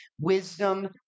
wisdom